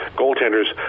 goaltenders